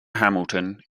hamilton